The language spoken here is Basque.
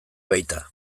baita